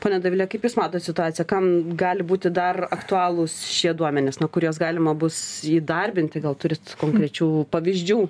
ponia dovile kaip jūs matot situaciją kam gali būti dar aktualūs šie duomenys na kur juos galima bus įdarbinti gal turit konkrečių pavyzdžių